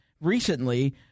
recently